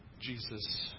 Jesus